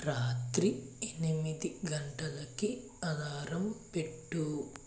రాత్రి ఎనిమిది గంటలకి అలారం పెట్టు